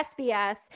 SBS